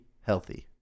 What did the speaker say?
healthy